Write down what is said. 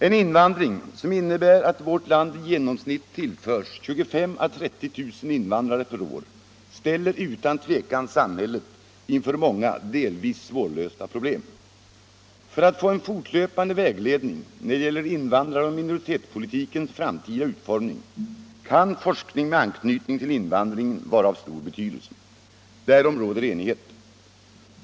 En invandring som innebär att vårt land i genomsnitt tillförs 25 000 å 30 000 invandrare per år ställer utan tvivel samhället inför många, delvis svårlösta problem. För att få en fortlöpande vägledning när det 35 gäller invandraroch minoritetspolitikens framtida utformning kan forskning med anknytning till invandringen vara av stor betydelse. Därom råder enighet.